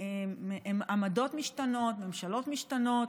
עמדות משתנות, ממשלות משתנות.